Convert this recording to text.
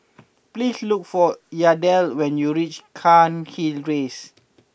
please look for Yadiel when you reach Cairnhill Rise